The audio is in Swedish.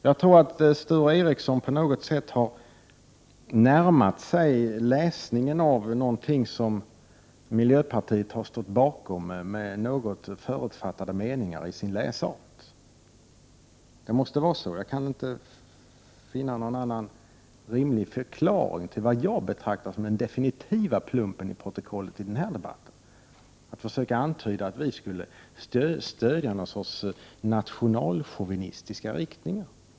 Jag tror att Sture Ericson på något sätt har närmat sig läsningen av det material som miljöpartiet har stått bakom med förutfattade meningar. Det måste vara så. Jag kan inte finna någon annan rimlig förklaring till det jag betraktar som den definitiva plumpen i protokollet i den här debatten. Sture Ericson försökte antyda att vi skulle stödja någon sorts nationalchauvinistiska riktningar.